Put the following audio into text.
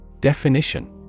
Definition